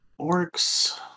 orcs